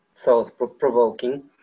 thought-provoking